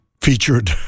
featured